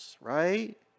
right